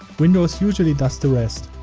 windows usually does the rest.